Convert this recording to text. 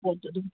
ꯄꯣꯠꯇꯣ ꯑꯗꯨꯝ